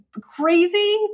crazy